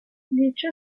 dicho